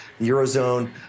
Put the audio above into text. Eurozone